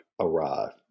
arrived